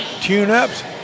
tune-ups